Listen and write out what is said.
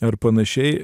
ar panašiai